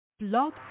Blog